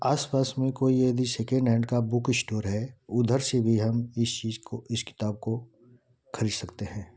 आस पास में कोई यदि सेकेंड हैंड का बुक इश्टोर है उधर से भी हम इस चीज़ को इस किताब को ख़रीद सकते हैं